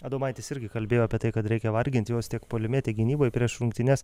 adomaitis irgi kalbėjo apie tai kad reikia vargint juos tiek puolime tiek gynyboj prieš rungtynes